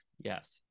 Yes